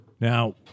Now